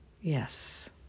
Yes